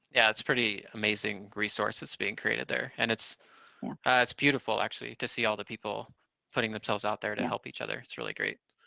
yeah, it's pretty amazing resource that's being created there, and it's it's beautiful, actually, to see all the people putting themselves out there to help each other, it's really great.